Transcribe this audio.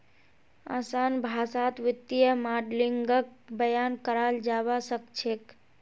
असान भाषात वित्तीय माडलिंगक बयान कराल जाबा सखछेक